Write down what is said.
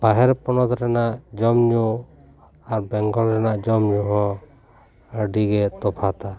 ᱵᱟᱦᱮᱨ ᱯᱚᱱᱚᱛ ᱨᱮᱱᱟᱜ ᱡᱚᱢᱼᱧᱩ ᱟᱨ ᱵᱮᱝᱜᱚᱞ ᱨᱮᱱᱟᱜ ᱡᱚᱢᱼᱧᱩ ᱦᱚᱸ ᱟᱹᱰᱤ ᱜᱮ ᱛᱚᱯᱷᱟᱛᱟ